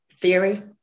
theory